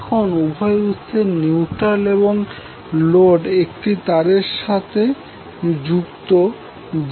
এখন উভয় উৎসের নিউট্রাল এবং লোড একটি তারের সঙ্গে যুক্ত যার ইম্পিডেন্স Zn